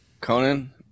Conan